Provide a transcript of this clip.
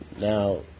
now